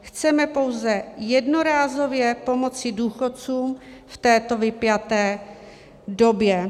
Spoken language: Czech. Chceme pouze jednorázově pomoci důchodcům v této vypjaté době.